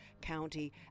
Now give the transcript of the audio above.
County